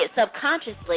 subconsciously